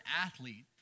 athlete